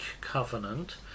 covenant